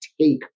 take